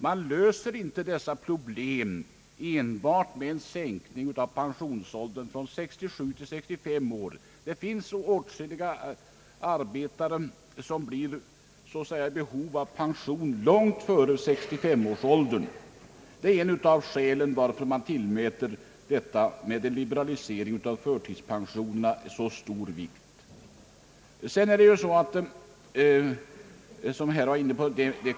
Man löser inte dessa problem enbart med en sänkning av pensionsåldern från 67 till 65 år. Det finns åtskilliga arbetare som får behov av pension långt före 65 års ålder. Det är ett av skälen till att man tillmäter liberalisering av förtidspensionerna så stor vikt.